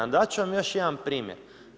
Dat ću vam još jedan primjer.